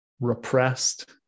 repressed